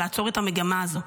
לעצור את המגמה הזו.